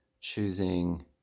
choosing